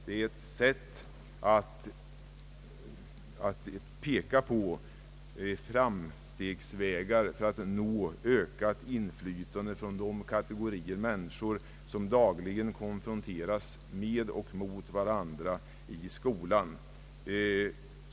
Det pekar på möjligheter till framsteg mot målet att nå ökat inflytande för de kategorier som dagligen konfronteras med varandra i skolan.